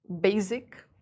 basic